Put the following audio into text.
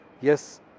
yes